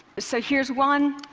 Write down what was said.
so here's one.